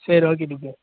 சரி okay teacher